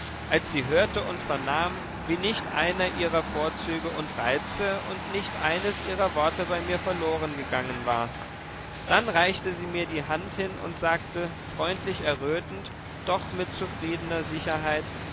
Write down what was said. als sie hörte und vernahm wie nicht einer ihrer vorzüge und reize und nicht eines ihrer worte bei mir verlorengegangen war dann reichte sie mir die hand hin und sagte freundlich errötend doch mit zufriedener sicherheit